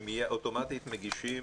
אוטומטית הם מגישים